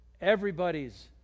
everybody's